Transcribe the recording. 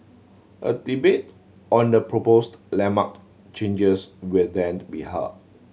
a debate on the proposed landmark changes will then be held